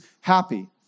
happy